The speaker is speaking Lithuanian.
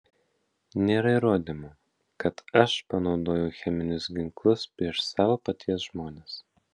nėra įrodymų kad aš panaudojau cheminius ginklus prieš savo paties žmones